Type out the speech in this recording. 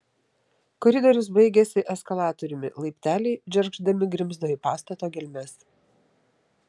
koridorius baigėsi eskalatoriumi laipteliai džergždami grimzdo į pastato gelmes